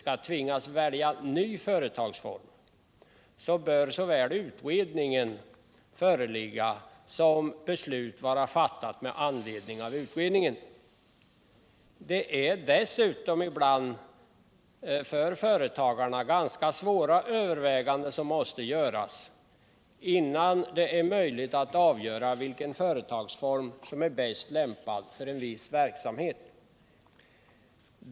skall tvingas välja ny företagsform, bör såväl utredning föreligga som beslut vara fattat med anledning av utredningen. Det är dessutom ibland för företagarna ganska svåra överväganden som måste göras innan det är möjligt att avgöra vilken företagsform som är bäst lämpad för en viss verksamhet.